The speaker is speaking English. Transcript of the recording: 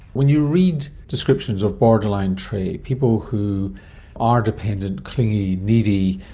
when you read descriptions of borderline trait, people who are dependent, clingy, needy,